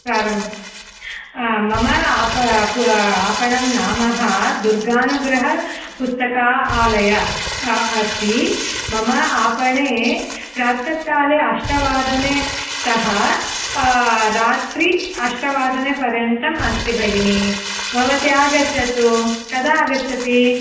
प्रारम्भः मम आपणं नामः दुर्गानुगृह पुस्तक आलय अस्ति मम आपणे प्रातःकाले अष्टवादनतः रात्रौ अष्टवादनपर्यन्तम् अस्ति भगिनि भवती आगच्छतु कदा आगच्छति